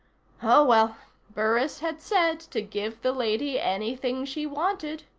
oh, well, burris had said to give the lady anything she wanted.